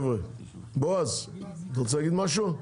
בועז, אתה רוצה להגיד משהו?